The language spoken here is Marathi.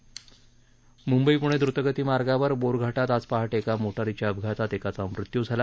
म्ंबई प्णे द्रतगती मार्गावर बोरघाटात आज पहाटे एका मोटारीच्या अपघातात एकाचा मृत्यू झाला